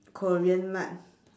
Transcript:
korean mart